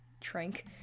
Trank